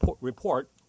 report